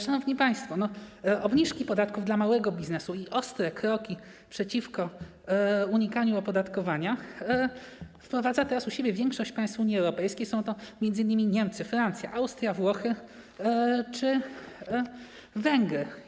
Szanowni państwo, obniżki podatków dla małego biznesu i ostre kroki przeciwko unikaniu opodatkowania wprowadza teraz u siebie większość państw Unii Europejskiej, m.in. Niemcy, Francja, Austria, Włochy czy Węgry.